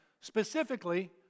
specifically